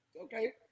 Okay